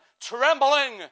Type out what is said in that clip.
trembling